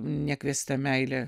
nekviesta meilė